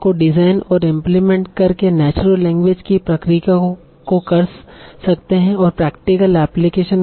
तो सभी अवधारणाओं और एल्गोरिदम जो इस कोर्स में चर्चा करेंगे मुख्य रूप से एनएलपी के विभिन्न इंजीनियरिंग एप्लीकेशन है